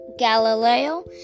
Galileo